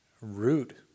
root